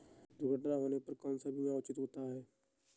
दुर्घटना होने पर कौन सा बीमा उचित होता है?